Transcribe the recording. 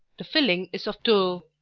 the filling is of tulle.